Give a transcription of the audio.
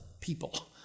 people